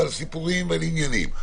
ועל סיפורים ועל עניינים,